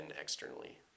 externally